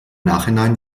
nachhinein